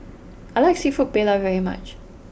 I like Seafood Paella very much